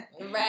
Right